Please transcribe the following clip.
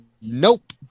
Nope